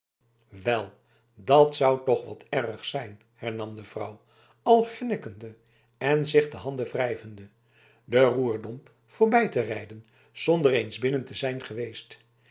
wel dat zou toch wat erg zijn hernam de vrouw al grinnekende en zich de handen wrijvende den roerdomp voorbij te rijden zonder eens binnen te zijn geweest